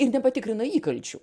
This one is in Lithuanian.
ir nepatikrina įkalčių